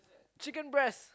chicken breast